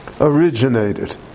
originated